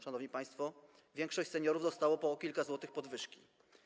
Szanowni państwo, większość seniorów dostała po kilka złotych podwyżki.